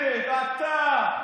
מתווכח איתך.